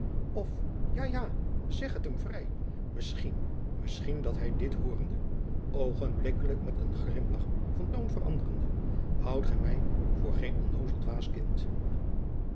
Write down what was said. ja ja zeg het hem vrij misschien misschien dat hij dit hoorende oogenblikkelijk met een grimlach van toon veranderende houdt gij mij voor geen onnoozel dwaas kind